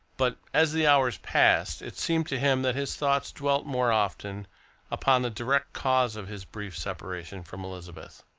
but as the hours passed it seemed to him that his thoughts dwelt more often upon the direct cause of his brief separation from elizabeth.